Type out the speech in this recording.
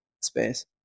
space